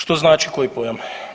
Što znači koji pojam?